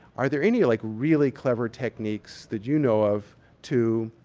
are there any like really clever techniques that you know of to